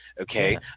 Okay